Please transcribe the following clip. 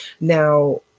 Now